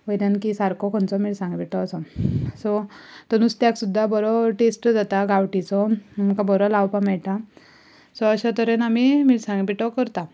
वयल्यान की सारको खंयचो मिरसांगे पिठो सो तो नुस्त्याक सुद्दां बरो टॅस्ट जाता गांवठीचो म्हाका बरो लावपाक मेळटा सो अशे तरेन आमी मिरसांगे पिठो करता